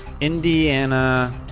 Indiana